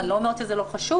אני לא אומרת שזה לא חשוב,